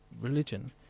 religion